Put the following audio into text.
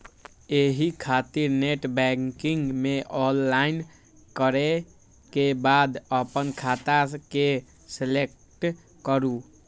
एहि खातिर नेटबैंकिग मे लॉगइन करै के बाद अपन खाता के सेलेक्ट करू